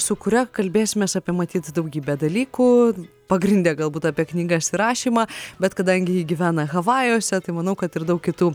su kuria kalbėsimės apie matyt daugybę dalykų pagrinde galbūt apie knygas ir rašymą bet kadangi ji gyvena havajuose tai manau kad ir daug kitų